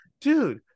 dude